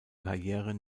karriere